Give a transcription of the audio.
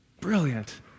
Brilliant